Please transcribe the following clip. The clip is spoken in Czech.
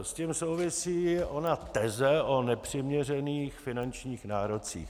S tím souvisí ona teze o nepřiměřených finančních nárocích.